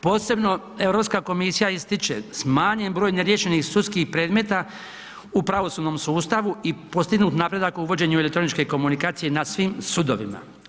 Posebno Europska komisija ističe, smanjen broj neriješenih sudskih predmeta u pravosudnom sustavu i postignut napredak u uvođenju elektroničke komunikacije na svim sudovima.